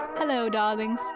hello darlings.